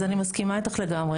אז אני מסכימה איתך לגמרי.